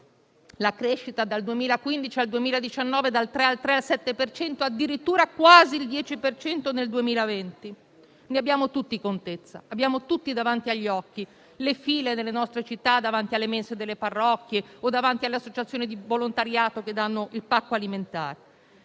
la crescita dal 2015 al 2019 dal 3,3 al 7,7 per cento, addirittura quasi il 10 per cento nel 2020, ne abbiamo tutti contezza. Abbiamo tutti davanti agli occhi le file nelle nostre città davanti alle mense delle parrocchie o davanti alle associazioni di volontariato che danno il pacco alimentare.